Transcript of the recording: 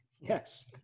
Yes